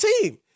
team